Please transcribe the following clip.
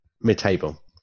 Mid-table